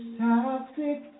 toxic